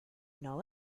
know